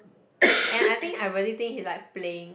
and I think I really think he like playing